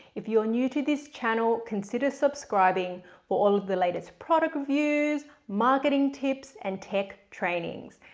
if you're new to this channel consider subscribing for all of the latest product reviews, marketing tips and tech trainings.